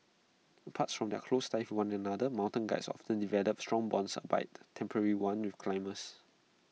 apart from their close ties one another mountain Guides often develop strong bonds albeit temporary ones with climbers